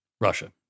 Russia